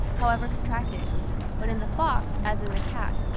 however contracted but in the fox, as in the cat,